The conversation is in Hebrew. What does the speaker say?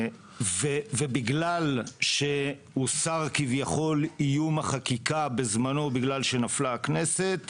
בגלל שכביכול הוסר איום החקיקה בזמנו כי הכנסת נפלה